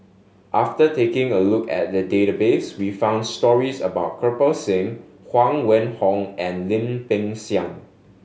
after taking a look at the database we found stories about Kirpal Singh Huang Wenhong and Lim Peng Siang